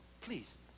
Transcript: Please